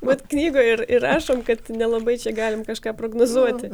mat knygoje ir įrašome kad nelabai čia galime kažką prognozuoti